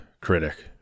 critic